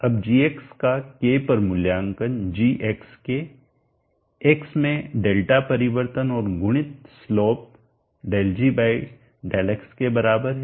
अब g का k पर मूल्यांकन g x में डेल्टा परिवर्तन और गुणित स्लोप ∂g∂x के बराबर है